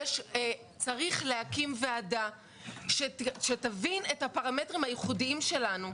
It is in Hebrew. צריך להקים ועדה שתבין את הפרמטרים הייחודיים שלנו.